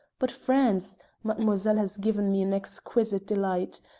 but france mademoiselle has given me an exquisite delight.